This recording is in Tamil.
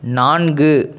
நான்கு